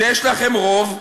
שיש לכם רוב,